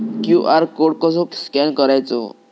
QR code कसो scan करायचो?